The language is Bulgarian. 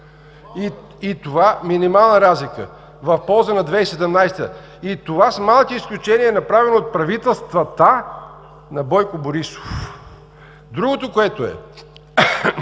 Минимална разлика в полза на 2017 г. и това с малки изключения е направено от правителствата на Бойко Борисов. Другото, понеже